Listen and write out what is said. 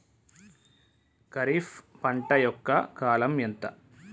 ఖరీఫ్ పంట యొక్క కాలం ఎంత?